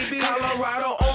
Colorado